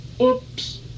oops